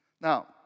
Now